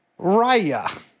Raya